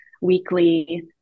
weekly